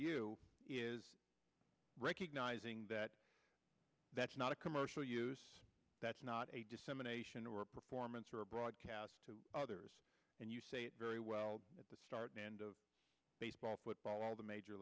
you is recognizing that that's not a commercial use it's not a dissemination or performance or a broadcast to others and you say it very well at the start and of baseball football all the major